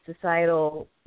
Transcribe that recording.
societal